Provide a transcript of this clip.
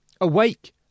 Awake